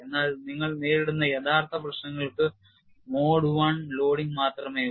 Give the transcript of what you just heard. എന്നാൽ നിങ്ങൾ നേരിടുന്ന യഥാർത്ഥ പ്രശ്നങ്ങൾക്ക് മോഡ് I ലോഡിങ് മാത്രമേയുള്ളൂ